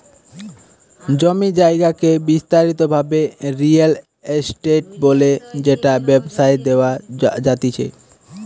জমি জায়গাকে বিস্তারিত ভাবে রিয়েল এস্টেট বলে যেটা ব্যবসায় দেওয়া জাতিচে